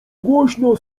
głośno